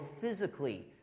physically